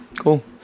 Cool